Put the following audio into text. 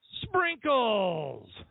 sprinkles